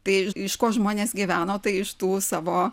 tai iš ko žmonės gyveno tai iš tų savo